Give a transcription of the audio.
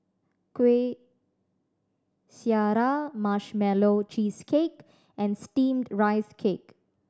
Kuih Syara Marshmallow Cheesecake and Steamed Rice Cake